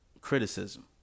criticism